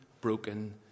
broken